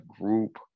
group